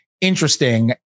interesting